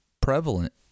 prevalent